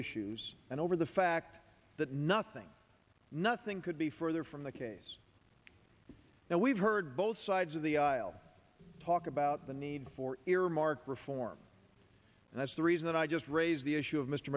issues and over the fact that nothing nothing could be further from the case now we've heard both sides of the aisle talk about the need for earmark reform and that's the reason i just raised the issue of mr